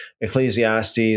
Ecclesiastes